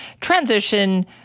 transition